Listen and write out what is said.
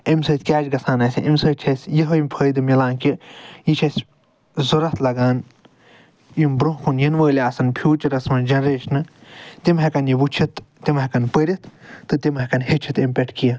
امہِ سۭتۍ کیٚاہ چھُ گژھان اسہِ امہِ سۭتۍ چھُ یہےٚ فٲٮ۪دٕ ملان کہِ یہِ چھُِ اسہِ ضوٚرتھ لگان یِم برونٛہہ کُن یِنہٕ وٲلۍ آسن فٮ۪وٗچرس منٛز جنرٮ۪شنہٕ تِم ہٮ۪کن یہِ وٕچھتھ تِم ہٮ۪کن پٔرِتھ تہِ تِم ہٮ۪کن ہٮ۪چھتھ امہِ پٮ۪ٹھ کینٛہہ